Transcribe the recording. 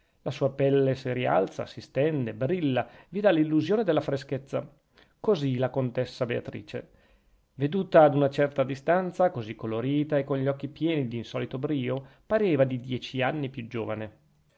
la sua pelle si rialza si stende brilla vi dà l'illusione della freschezza così la contessa beatrice veduta ad una certa distanza così colorita e con gli occhi pieni d'insolito brio pareva di dieci anni più giovane